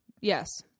Yes